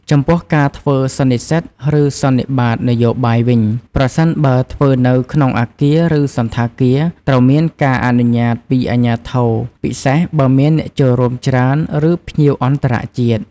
ចំពោះការធ្វើសន្និសិទ ឬសន្និបាតនយោបាយវិញ ប្រសិនបើធ្វើនៅក្នុងអាគារ ឬសណ្ឋាគារ ត្រូវមានការអនុញ្ញាតពីអាជ្ញាធរ ពិសេសបើមានអ្នកចូលរួមច្រើន ឬភ្ញៀវអន្តរជាតិ។